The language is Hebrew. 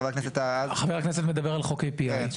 חבר הכנסת מדבר על חוק API. כן,